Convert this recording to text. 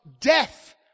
death